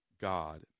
God